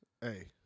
Hey